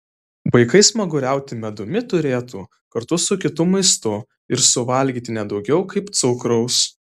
vaikai smaguriauti medumi turėtų kartu su kitu maistu ir suvalgyti ne daugiau kaip cukraus